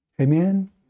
Amen